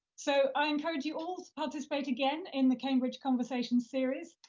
so i encourage you all to participate again in the cambridge conversation series.